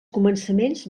començaments